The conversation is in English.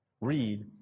Read